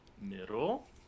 Middle